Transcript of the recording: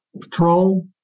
Patrol